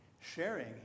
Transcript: sharing